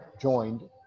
joined